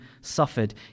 suffered